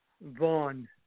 Vaughn